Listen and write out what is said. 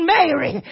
Mary